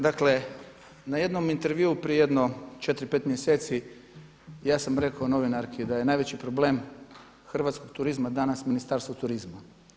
Dakle, na jednom intervjuu prije jedno četiri, pet mjeseci, ja sam rekao novinarki da je najveći problem hrvatskog turizma danas Ministarstvo turizma.